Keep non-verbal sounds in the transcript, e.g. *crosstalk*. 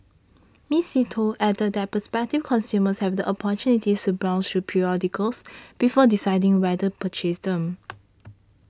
Miss See Tho added that prospective consumers have the opportunity to browse through periodicals before deciding whether to purchase them *noise*